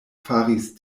faris